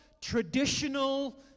traditional